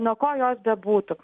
nuo ko jos bebūtų